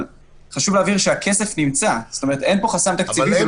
חשוב להבין שהכסף נמצא, אין פה חסם תקציבי.